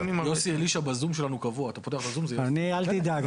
אל תדאג.